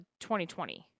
2020